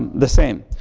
the same.